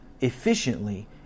efficiently